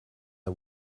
the